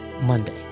Monday